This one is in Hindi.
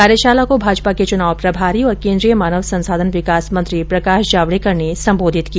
कार्यशाला को भाजपा के चुनाव प्रभारी और केन्द्रीय मानव संसाधन विकास मंत्री प्रकाश जावडेकर ने संबोधित किया